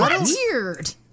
weird